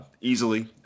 easily